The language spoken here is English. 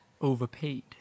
Overpaid